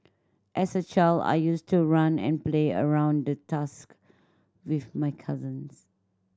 as a child I used to run and play around the tusk with my cousins